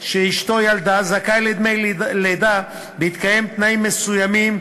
שאשתו ילדה זכאי לדמי לידה בהתקיים תנאים מסיומים,